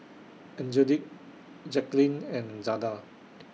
Angelic Jaclyn and Zada